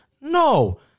no